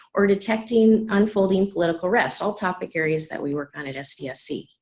or detecting unfolding political rest all topic areas that we work on at sdsc.